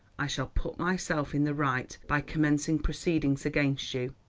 i shall put myself in the right by commencing proceedings against you.